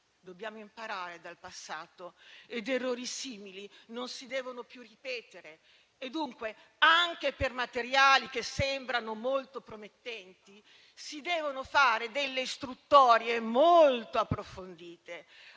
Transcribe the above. Dobbiamo quindi imparare dal passato ed errori simili non si devono più ripetere; pertanto, anche per materiali che sembrano molto promettenti si devono fare delle istruttorie molto approfondite,